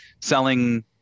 selling